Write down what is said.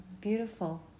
Beautiful